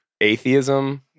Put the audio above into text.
atheism